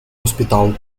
hospital